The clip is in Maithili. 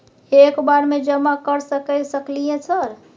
एक बार में जमा कर सके सकलियै सर?